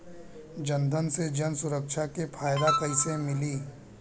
जनधन से जन सुरक्षा के फायदा कैसे मिली?